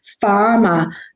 farmer